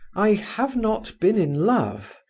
i have not been in love,